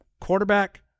quarterback